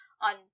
on